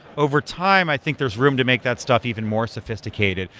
over time, i think there's room to make that stuff even more sophisticated,